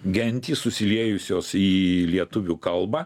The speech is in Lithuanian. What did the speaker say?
gentys susiliejusios į lietuvių kalbą